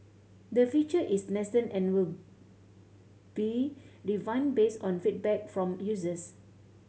the feature is nascent and will be refined based on feedback from users